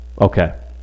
Okay